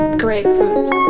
grapefruit